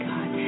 God